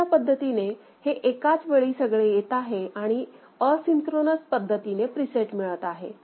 अशा पद्धतीने हे एकाच वेळी सगळे येत आहे आणि असिंक्रोनस पद्धतीने प्रीसेट मिळत आहे